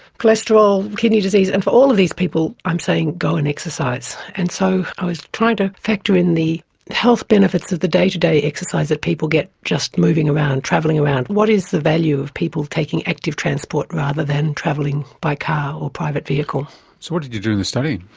cholesterol, kidney disease, and for all of these people i am saying go and exercise. and so i was trying to factor in the health benefits of the day-to-day exercise that people get just moving around, travelling around. what is the value of people taking active transport rather than travelling by car or private vehicle? so what did you do in the study?